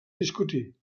discutir